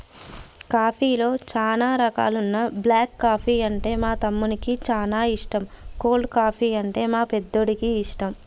కాఫీలో చానా రకాలున్న బ్లాక్ కాఫీ అంటే మా తమ్మునికి చానా ఇష్టం, కోల్డ్ కాఫీ, అంటే మా పెద్దోడికి ఇష్టం